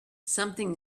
something